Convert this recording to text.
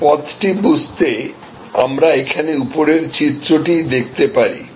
এই পথটি বুঝতে আমরা এখানে উপরের চিত্রটি দেখতে পারি